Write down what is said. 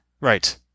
Right